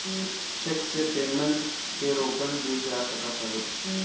check से payment के रोकल भी जा सकत हवे